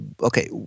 okay